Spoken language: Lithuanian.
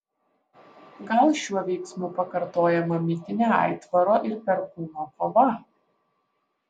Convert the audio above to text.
gal šiuo veiksmu pakartojama mitinė aitvaro ir perkūno kova